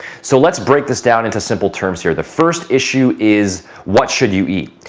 so, let's break this down into simple terms here. the first issue is what should you eat?